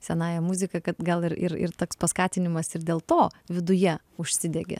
senąja muzika kad gal ir ir ir toks paskatinimas ir dėl to viduje užsidegė